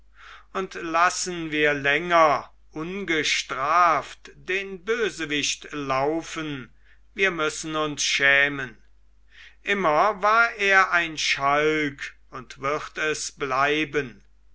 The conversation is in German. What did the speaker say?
und lassen wir länger ungestraft den bösewicht laufen wir müssen uns schämen immer war er ein schalk und wird es bleiben